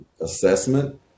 assessment